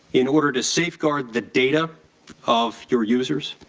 in order to safeguard the data of your users?